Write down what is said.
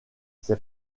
ses